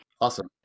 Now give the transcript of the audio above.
Awesome